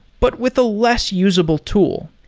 but with a less usable tool.